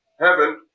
heaven